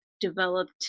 developed